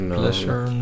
pleasure